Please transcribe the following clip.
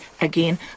again